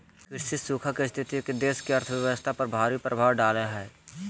कृषि सूखा के स्थिति देश की अर्थव्यवस्था पर भारी प्रभाव डालेय हइ